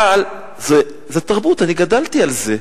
אבל זה תרבות, אני גדלתי על זה,